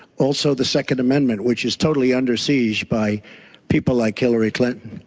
also, the second amendment which is totally under siege by people like hillary clinton.